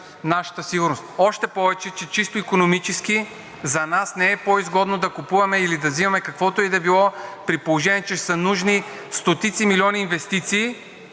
нашата сигурност. Още повече чисто икономически за нас не е по-изгодно да купуваме или да взимаме каквото и да било, при положение че са нужни стотици милиони инвестиции,